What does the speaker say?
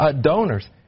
donors